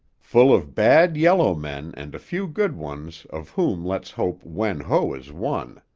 full of bad yellow men and a few good ones of whom let's hope wen ho is one.